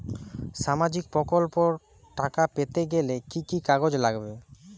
সামাজিক প্রকল্পর টাকা পেতে গেলে কি কি কাগজ লাগবে?